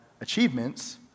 achievements